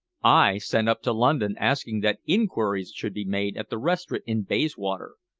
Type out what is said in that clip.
i sent up to london asking that inquiries should be made at the restaurant in bayswater,